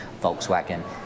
Volkswagen